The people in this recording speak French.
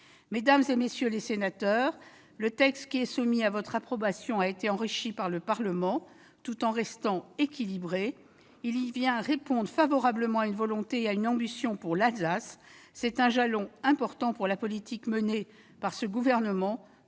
Mesdames, messieurs les sénateurs, le texte qui est soumis à votre approbation a été enrichi par le Parlement tout en restant équilibré. Il vient répondre favorablement à une volonté et à une ambition pour l'Alsace. C'est un jalon important de la politique menée pour les